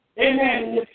Amen